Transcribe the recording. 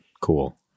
cool